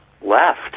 left